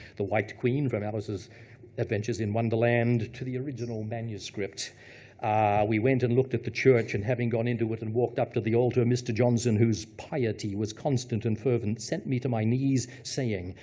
the white queen from alice's adventures in wonderland. to the original manuscript we went and looked at the church, and having gone into it and walked up to the altar, mr. johnson whose piety was constant and fervent, sent me to my knees saying,